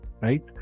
right